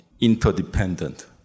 interdependent